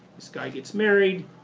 this guy gets married.